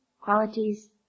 qualities